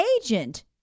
agent